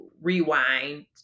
Rewind